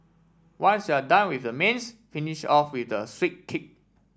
once you're done with the mains finish off with a sweet kick